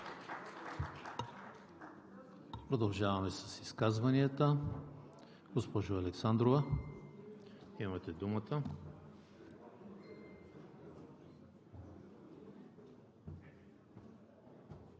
Продължаваме с изказванията. Госпожо Александрова, имате думата.